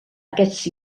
aquests